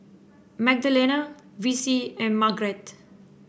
Magdalena Vicie and Margret